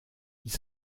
ils